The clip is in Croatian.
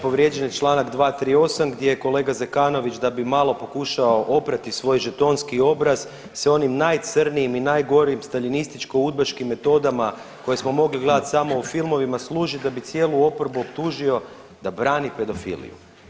Povrijeđen je čl. 238. gdje kolega Zekanović da bi malo pokušao oprati svoj žetonski obraz se onim najcrnjim i najgorim staljinističko udbaškim metodama koje smo mogli gledati samo u filmovima služi da bi cijelu oporbu optužio da brani pedofiliju.